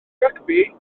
rygbi